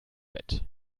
bett